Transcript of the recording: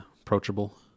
Approachable